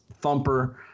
thumper